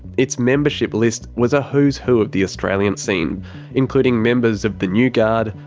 its membership list was a who's who of the australian scene including members of the new guard,